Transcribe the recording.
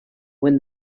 when